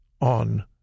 on